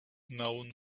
known